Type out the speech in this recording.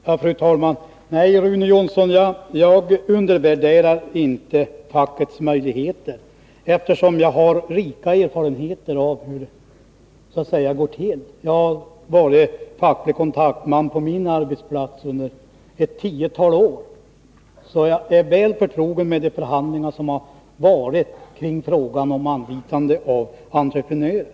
Fru talman! Nej, Rune Jonsson, jag undervärderar inte fackets möjligheter, eftersom jag har rika erfarenheter av hur det fackliga arbetet går till. Jag har varit facklig kontaktman på min arbetsplats under ett tiotal år, så jag är väl förtrogen med de förhandlingar som fördes kring frågan om anvisande av entreprenörer.